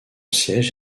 siège